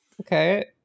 okay